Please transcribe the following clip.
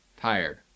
Tired